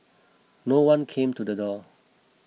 no one came to the door